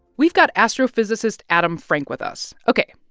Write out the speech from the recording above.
we've got astrophysicist adam frank with us. ok.